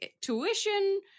tuition